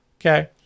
Okay